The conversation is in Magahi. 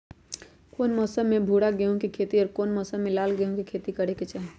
कौन मौसम में भूरा गेहूं के खेती और कौन मौसम मे लाल गेंहू के खेती करे के चाहि?